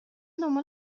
دنبال